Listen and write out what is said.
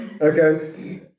Okay